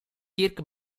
kirk